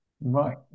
right